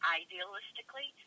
idealistically